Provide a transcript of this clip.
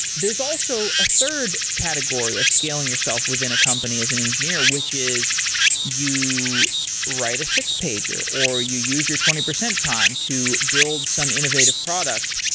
there's also a third category of scaling yourself within a company as an engineer, which is you write a six pager or you use your twenty percent time to build some innovative product.